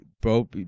Bro